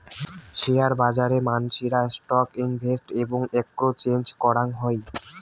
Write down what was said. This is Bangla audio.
শেয়ার বাজারে মানসিরা স্টক ইনভেস্ট এবং এক্সচেঞ্জ করাং হই